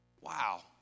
Wow